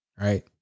right